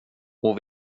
och